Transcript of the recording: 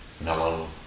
mellow